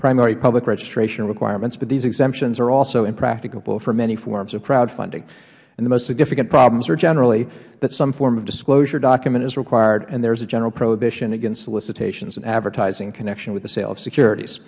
primary public registration requirements but these exemptions are also impracticable for many forms of crowdfunding and the most significant problems are generally that some form of disclosure document is required and there is a general prohibition against solicitations and advertising in connection with the sale of securit